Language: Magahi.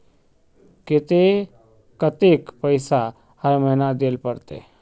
केते कतेक पैसा हर महीना देल पड़ते?